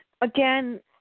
again